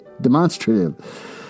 demonstrative